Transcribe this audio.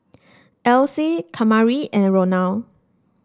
Else Kamari and Ronald